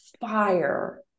fire